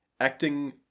acting